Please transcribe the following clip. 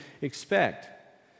expect